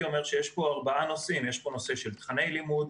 אומר שיש כאן ארבעה נושאים: נושא תכני לימוד,